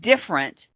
different